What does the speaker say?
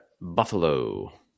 Buffalo